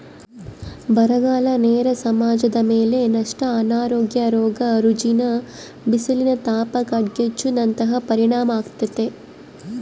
ಬರಗಾಲ ನೇರ ಸಮಾಜದಮೇಲೆ ನಷ್ಟ ಅನಾರೋಗ್ಯ ರೋಗ ರುಜಿನ ಬಿಸಿಲಿನತಾಪ ಕಾಡ್ಗಿಚ್ಚು ನಂತಹ ಪರಿಣಾಮಾಗ್ತತೆ